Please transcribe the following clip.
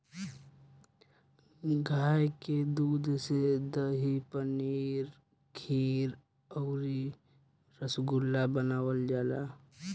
गाय के दूध से दही, पनीर खीर अउरी रसगुल्ला बनावल जाला